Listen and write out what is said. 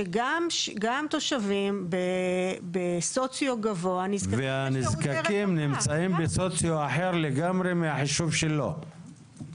שגם תושבים בסוציו גבוה נזקקים לשירות רווחה.